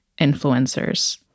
influencers